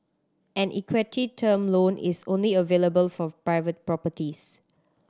an equity term loan is only available for private properties